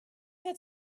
had